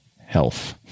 health